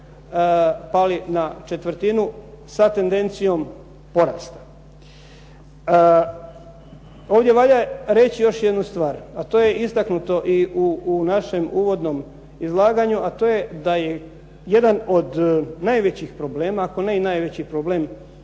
pali na četvrtinu sa tendencijom porasta. Ovdje valja reći još jednu stvar, a to je istaknuto i u našem uvodnom izlaganju, a to je da je jedan od najvećih problema, ako ne i najveći problem